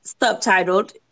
Subtitled